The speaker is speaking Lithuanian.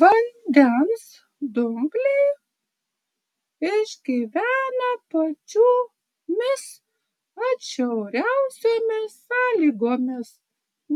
vandens dumbliai išgyvena pačiomis atšiauriausiomis sąlygomis